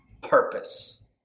Purpose